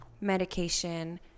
medication